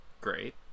Great